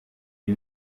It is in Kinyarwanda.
iyi